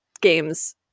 games